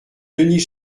denis